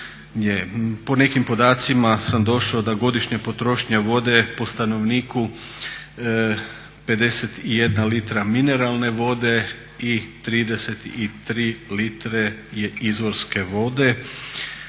Po nekim podacima sam došao da godišnja potrošnja vode po stanovniku 51 litra mineralne vode i 3 litre izvorske vode,